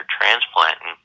transplanting